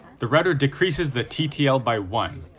the router decreases the ttl by one,